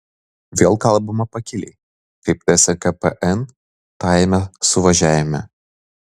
vėl kalbama pakiliai kaip tskp n tajame suvažiavime